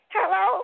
Hello